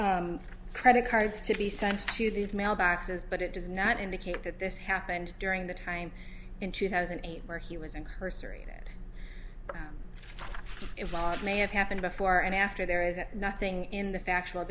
caused credit cards to be sent to these mailboxes but it does not indicate that this happened during the time in two thousand and eight where he was in cursory involved may have happened before and after there is nothing in the factual